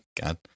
God